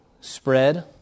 spread